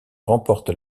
remporte